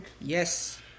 Yes